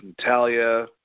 Natalia